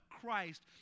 Christ